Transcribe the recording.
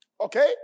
Okay